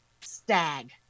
stag